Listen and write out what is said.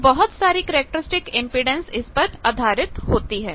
तो बहुत सारी कैरेक्टरिस्टिक इम्पीडेन्स इस पर आधारित होती है